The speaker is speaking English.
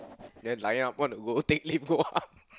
then lying up want to go take lift go up